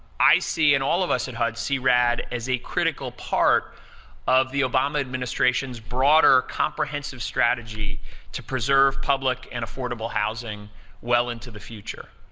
i see, and all of us at hud, see rad as a critical part of the obama administration's broader comprehensive strategy to preserve public and affordable housing well into the future.